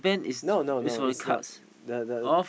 no no no is not the the